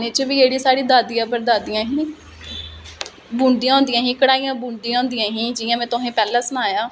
पिच्छे कोई स्पोर्ट नेई होंदी उनेंगी उंदी क्योंकि आर्टिस्ट जिसलै ओह् इयां जानदे नेईं हैन